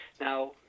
Now